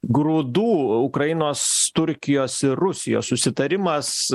grūdų ukrainos turkijos ir rusijos susitarimas